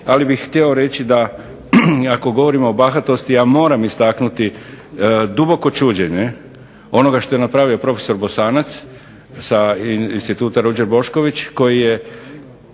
Ali bih htio reći da ako govorimo o bahatosti ja moram istaknuti duboko čuđenje onoga što je napravio profesor Bosanac sa Instituta "Ruđer Bošković" koji je